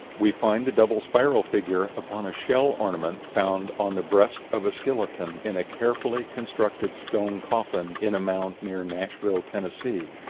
we find the double-spiral figure upon a shell ornament found on the breast of a skeleton, in a carefully constructed stone coffin, in a mound near nashville, tennessee.